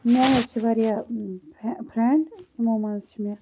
مےٚ حظ چھِ واریاہ فرنڈ تمو مَنٛز چھِ مےٚ